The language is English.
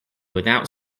without